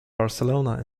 barcelona